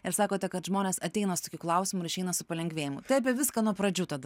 ir sakote kad žmonės ateina su tokiu klausimu ir išeina su palengvėjimu tai apie viską nuo pradžių tada